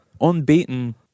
Unbeaten